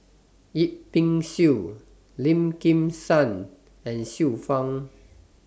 Yip Pin Xiu Lim Kim San and Xiu Fang